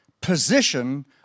position